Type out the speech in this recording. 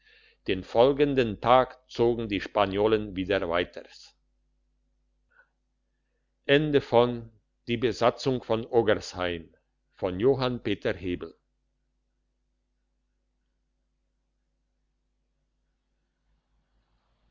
den folgenden tag zogen die spaniolen wieder weiters